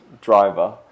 driver